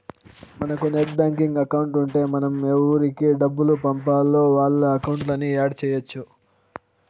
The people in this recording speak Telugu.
మనకు నెట్ బ్యాంకింగ్ అకౌంట్ ఉంటే మనం ఎవురికి డబ్బులు పంపాల్నో వాళ్ళ అకౌంట్లని యాడ్ చెయ్యచ్చు